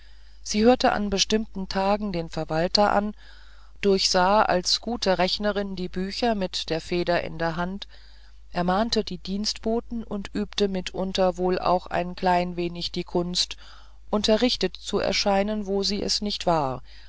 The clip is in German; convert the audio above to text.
sie hörte an bestimmten tagen den verwalter an durchsah als eine gute rechnerin die bücher mit der feder in der hand ermahnte die dienstboten und übte mitunter auch wohl ein klein wenig die kunst unterrichtet zu scheinen wo sie es nicht war